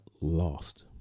lost